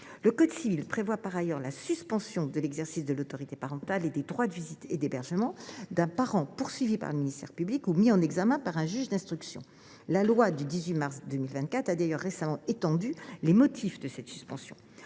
Le code civil prévoit par ailleurs la suspension de l’exercice de l’autorité parentale et des droits de visite et d’hébergement d’un parent poursuivi par le ministère public ou mis en examen par un juge d’instruction. La loi du 18 mars 2024 a d’ailleurs récemment étendu les motifs de cette suspension.